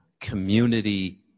community